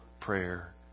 prayer